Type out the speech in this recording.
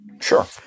Sure